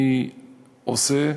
אני עושה.